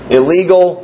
illegal